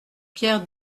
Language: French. pierre